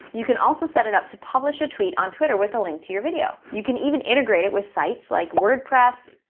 you can also set it up to publish a tweet on twitter with a link to your video. you can eat an integrated it with sites like wordpress,